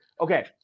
Okay